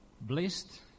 blessed